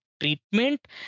treatment